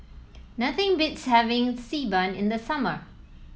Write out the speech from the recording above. nothing beats having Xi Ban in the summer